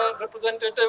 representative